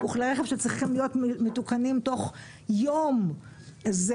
כלי רכב שצריכים להיות מתוקנים תוך יום זה